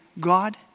God